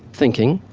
thinking,